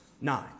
nine